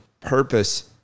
purpose